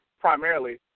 primarily